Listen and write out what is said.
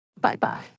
Bye-bye